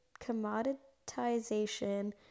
commoditization